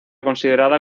considerada